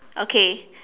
okay